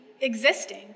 existing